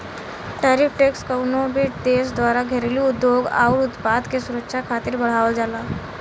tariff tax कउनो भी देश द्वारा घरेलू उद्योग आउर उत्पाद के सुरक्षा खातिर बढ़ावल जाला